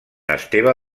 esteve